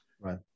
Right